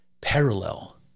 parallel